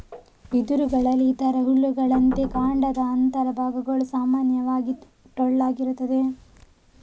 ಬಿದಿರುಗಳಲ್ಲಿ ಇತರ ಹುಲ್ಲುಗಳಂತೆ ಕಾಂಡದ ಅಂತರ ಭಾಗಗಳು ಸಾಮಾನ್ಯವಾಗಿ ಟೊಳ್ಳಾಗಿರುತ್ತದೆ